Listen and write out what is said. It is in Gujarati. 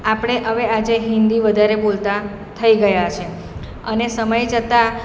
આપણે હવે આજે હિન્દી વધારે બોલતાં થઈ ગયા છીએ અને સમય જતાં